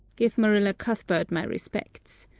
give marilla cuthbert my respects.